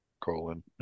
colon